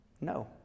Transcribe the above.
No